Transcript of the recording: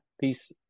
peace